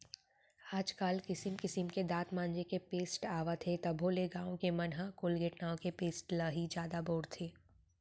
आज काल किसिम किसिम के दांत मांजे के पेस्ट आवत हे तभो ले गॉंव के मन ह कोलगेट नांव के पेस्ट ल ही जादा बउरथे